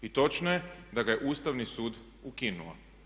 I točno je da ga je Ustavni sud ukinuo.